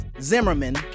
Zimmerman